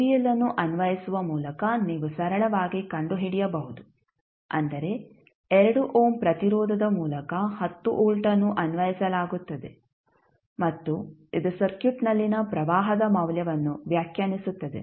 KVL ಅನ್ನು ಅನ್ವಯಿಸುವ ಮೂಲಕ ನೀವು ಸರಳವಾಗಿ ಕಂಡುಹಿಡಿಯಬಹುದು ಅಂದರೆ 2 ಓಮ್ ಪ್ರತಿರೋಧದ ಮೂಲಕ 10 ವೋಲ್ಟ್ ಅನ್ನು ಅನ್ವಯಿಸಲಾಗುತ್ತದೆ ಮತ್ತು ಇದು ಸರ್ಕ್ಯೂಟ್ನಲ್ಲಿನ ಪ್ರವಾಹದ ಮೌಲ್ಯವನ್ನು ವ್ಯಾಖ್ಯಾನಿಸುತ್ತದೆ